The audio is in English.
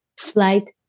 flight